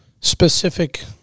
specific